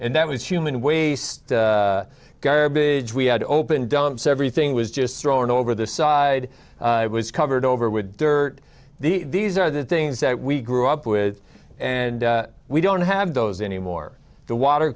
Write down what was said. and that was human waste garbage we had open dumps everything was just thrown over the side it was covered over with dirt these are the things that we grew up with and we don't have those anymore the water